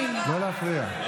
לא להפריע.